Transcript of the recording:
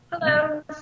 Hello